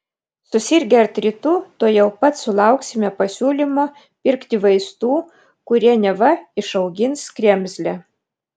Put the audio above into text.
susirgę artritu tuojau pat sulauksime pasiūlymo pirkti vaistų kurie neva išaugins kremzlę